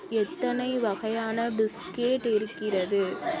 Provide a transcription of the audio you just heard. எத்தனை வகையான பிஸ்கேட் இருக்கிறது